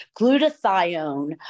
glutathione